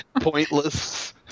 Pointless